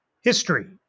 history